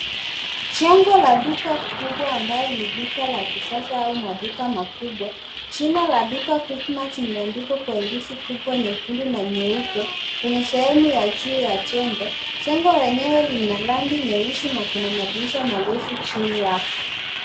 Jengo la duka kubwa ambayo ni duka la kisasa au maduka makubwa. Jina la duka, quickmart, limeandikwa kwa herufi kubwa nyekundu na nyeupe kwenye sehemu ya juu ya jengo. Jengo lenyewe lina rangi nyeusi na kuna madirisha marefu chini yake.